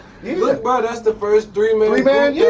bro, that's the first three man yeah